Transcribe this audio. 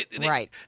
Right